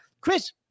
Chris –